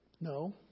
No